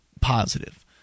positive